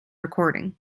recording